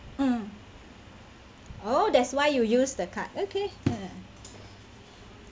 mm oh that's why you use the card okay um